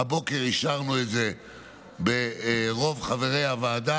הבוקר אישרנו את זה ברוב חברי הוועדה.